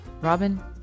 Robin